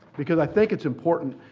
because i think it's important,